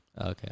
Okay